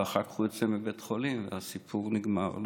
ואחר כך הוא יוצא מבית חולים והסיפור נגמר.